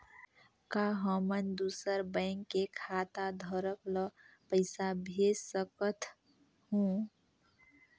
का हमन दूसर बैंक के खाताधरक ल पइसा भेज सकथ हों?